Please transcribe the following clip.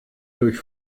durch